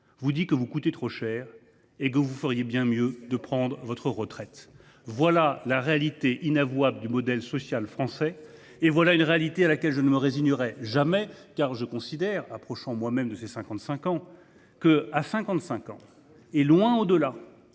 considérant que vous coûtez trop cher et que vous feriez mieux de prendre votre retraite. Voilà la réalité inavouable du modèle social français ! Voilà une réalité à laquelle je ne me résignerai jamais, car je considère, approchant moi même de cet âge, qu’à 55 ans et bien au delà,